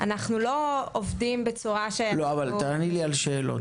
אנחנו לא עובדים בצורה בה אנחנו מתקצבים --- תעני לי על השאלות.